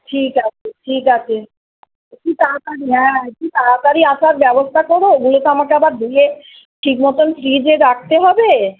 ঠিক আছে ঠিক আছে তুমি তাড়াতাড়ি হ্যাঁ একটু তাড়াতাড়ি আসার ব্যবস্থা করো দিলে আমাকে তো আবার ধুয়ে ঠিক মতন ফ্রিজে রাখতে হবে